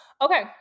Okay